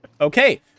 Okay